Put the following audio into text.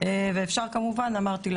ואפשר כמובן כפי שאמרתי,